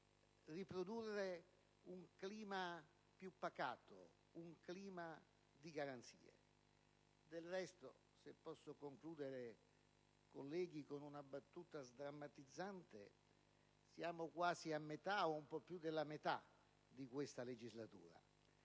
riprodurre un clima più pacato, un clima di garanzie. Del resto, se posso concludere, colleghi, con una battuta sdrammatizzante, siamo quasi a metà, o a un po' più della metà, di questa legislatura.